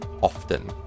often